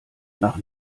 nach